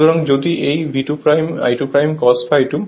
সুতরাং যদি এই V2 I2 cos∅2